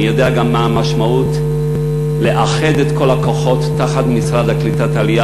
אני גם יודע מה המשמעות של לאחד את כל הכוחות תחת המשרד לקליטת העלייה